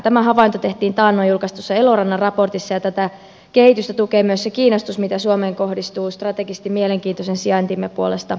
tämä havainto tehtiin taannoin julkaistussa elorannan raportissa ja tätä kehitystä tukee myös se kiinnostus mitä suomeen kohdistuu strategisesti mielenkiintoisen sijaintimme puolesta aasiasta